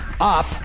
up